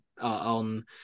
on